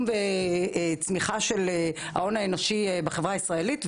וצמיחה של ההון האנושי בחברה הישראלית,